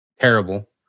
terrible